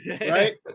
Right